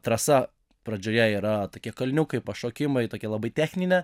trasa pradžioje yra tokie kalniukai pašokimai tokia labai techninė